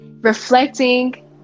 reflecting